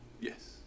Yes